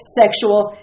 sexual